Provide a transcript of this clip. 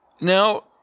Now